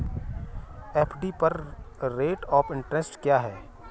FD पर rate of interest क्या है?